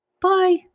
Bye